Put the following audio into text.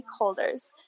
stakeholders